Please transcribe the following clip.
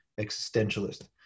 existentialist